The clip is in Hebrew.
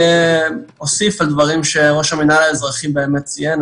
אוסיף על דברים שראש המינהל האזרחי מציין.